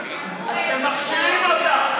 אתם מכשילים אותה.